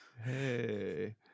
Hey